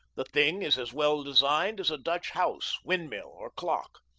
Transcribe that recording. the thing is as well designed as a dutch house, wind-mill, or clock.